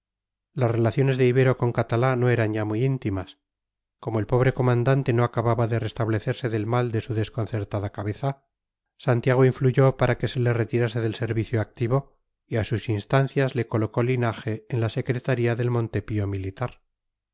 las relaciones de ibero con catalá no eran ya muy íntimas como el pobre comandante no acababa de restablecerse del mal de su desconcertada cabeza santiago influyó para que se le retirase del servicio activo y a sus instancias le colocó linaje en la secretaría del montepío militar